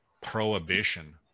prohibition